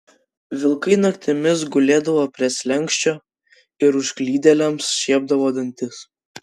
vilkai naktimis gulėdavo prie slenksčio ir užklydėliams šiepdavo dantis